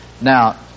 Now